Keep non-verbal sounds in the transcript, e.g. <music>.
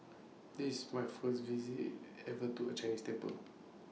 this is my first visit <hesitation> ever to A Chinese temple